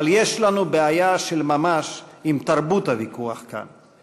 אבל יש לנו בעיה של ממש עם תרבות הוויכוח כאן,